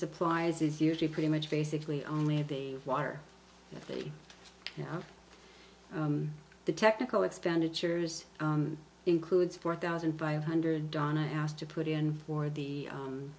supplies is usually pretty much basically only the water that you have the technical expenditures includes four thousand five hundred donna asked to put in for the